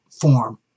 form